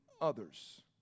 others